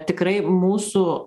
tikrai mūsų